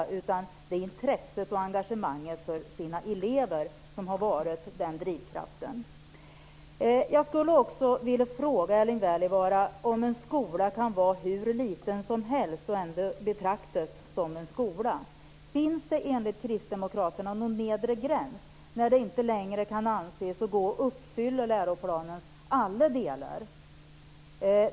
Det är intresset och engagemanget för eleverna som har varit drivkraften. Jag skulle också vilja fråga Erling Wälivaara om en skola kan vara hur liten som helst och ändå betraktas som en skola. Finns det enligt Kristdemokraterna någon nedre gräns när det inte längre kan anses att läroplanens alla delar kan uppfyllas?